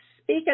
speak